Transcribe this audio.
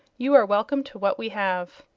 you are welcome to what we have.